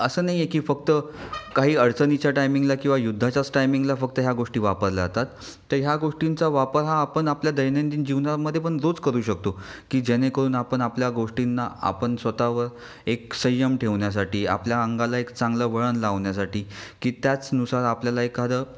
असं नाही आहे की फक्त काही अडचणीच्या टाइमिंगला किंवा युद्धाच्याच टाइमिंगला फक्त ह्या गोष्टी वापरल्या जातात तर ह्या गोष्टींचा वापर हा आपण आपल्या दैनंदिन जीवनामध्ये पण रोज करू शकतो की जेणेकरून आपण आपल्या गोष्टींना आपण स्वतःवर एक संयम ठेवण्यासाठी आपल्या अंगाला एक चांगलं वळण लावण्यासाठी की त्याच नुसार आपल्याला एखादं